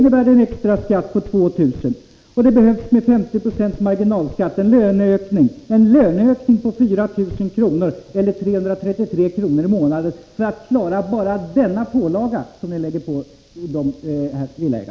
Då blir det en extra skatt på 2 000 kr., och det behövs med 50 96 marginalskatt en löneökning på 4 000 kr., eller 333 kr. i månaden, för att klara bara denna pålaga.